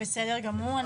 בסדר גמור.